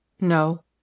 no